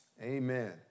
Amen